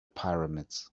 pyramids